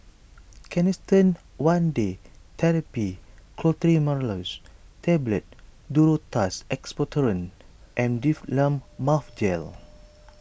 Canesten one Day therapy Clotrimazole Tablet Duro Tuss Expectorant and Difflam Mouth Gel